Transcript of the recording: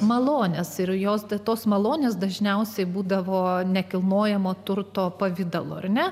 malones ir jos tetos malonės dažniausiai būdavo nekilnojamo turto pavidalu ar ne